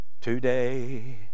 Today